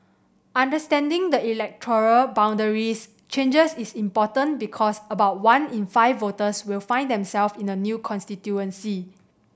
understanding the electoral boundaries changes is important because about one in five voters will find themselves in a new constituency